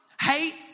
hate